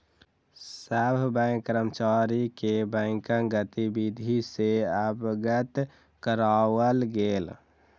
सभ बैंक कर्मचारी के बैंकक गतिविधि सॅ अवगत कराओल गेल